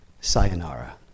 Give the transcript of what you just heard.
sayonara